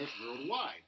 worldwide